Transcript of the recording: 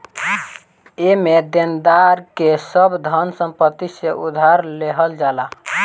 एमे देनदार के सब धन संपत्ति से उधार लेहल जाला